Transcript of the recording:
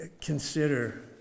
Consider